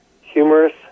humorous